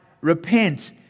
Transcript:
repent